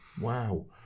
Wow